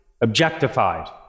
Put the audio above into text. objectified